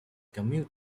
commute